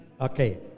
Okay